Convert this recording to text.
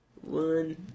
One